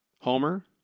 Homer